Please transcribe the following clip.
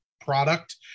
product